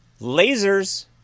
Lasers